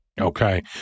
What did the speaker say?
Okay